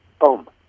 boom